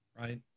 right